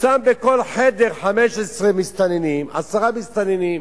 שם בכל חדר 15 מסתננים, עשרה מסתננים,